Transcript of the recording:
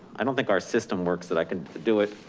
i don't think our system works that i could do it,